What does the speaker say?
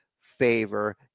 favor